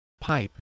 pipe